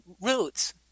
roots